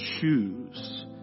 choose